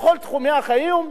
בכל תחומי החיים.